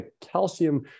calcium